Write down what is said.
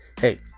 Hey